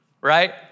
right